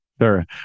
Sure